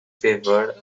favored